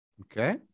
Okay